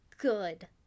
good